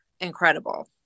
incredible